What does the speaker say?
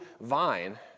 vine